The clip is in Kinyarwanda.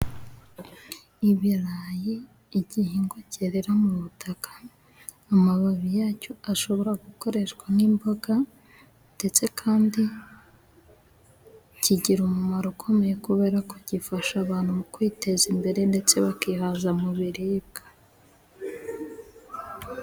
Ibirayi n'igihingwa cyerera mu butaka, amababi yacyo ashobora gukoreshwa nk'imboga, ndetse kandi kigira umumaro ukomeye, kubera ko gifasha abantu mu kwiteza imbere ndetse bakihaza mu biribwa.